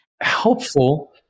Helpful